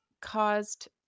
caused